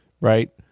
Right